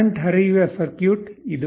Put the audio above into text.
current ಹರಿಯುವ circuit ಇದು